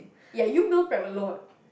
ya you meal prep a lot